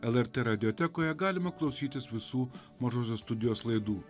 lrt radiotekoje galime klausytis visų mažosios studijos laidų